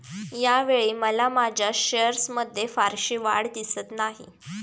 यावेळी मला माझ्या शेअर्समध्ये फारशी वाढ दिसत नाही